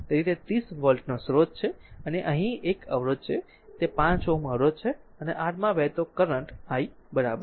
તેથી તે 30 વોલ્ટનો સ્રોત છે અને અહીં એક અવરોધ છે અને તે 5 Ω અવરોધ છે અને આ r માં વહેતો કરંટ i બરાબર છે